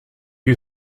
you